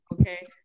okay